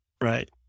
Right